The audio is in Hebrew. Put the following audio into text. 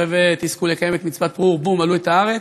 שתזכו לקיים מצוות "פרו ורבו ומלאו את הארץ".